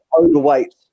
overweight